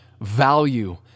value